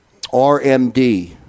RMD